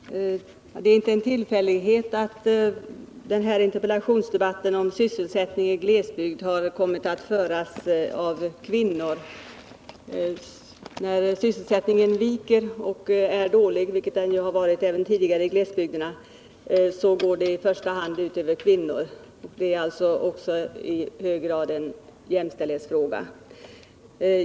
Herr talman! Det är inte en tillfällighet att den här interpellationsdebatten om sysselsättningen i glesbygd har kommit att föras av kvinnor. När sysselsättningen viker och är dålig, vilket den ju har varit även tidigare i 67 glesbygderna, går det i första hand ut över kvinnorna. Det är alltså i hög grad en jämställdhetsfråga.